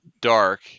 dark